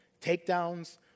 takedowns